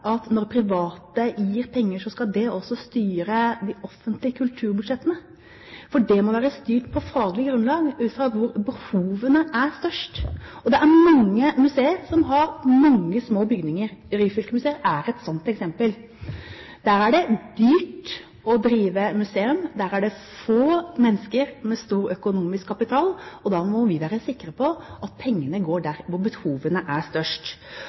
at når private gir penger, skal det også styre de offentlige kulturbudsjettene, for de må være styrt på faglig grunnlag, ut fra hvor behovene er størst. Det er mange museer som har mange små bygninger. Ryfylke Museum er et sånt eksempel. Der er det dyrt å drive museum. Det er få mennesker med stor økonomisk kapital, og da må vi være sikre på at pengene går dit behovene er størst.